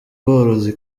bworozi